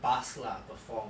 busk lah perform